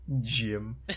Jim